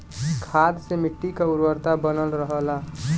खाद से मट्टी क उर्वरता बनल रहला